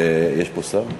יש פה שר?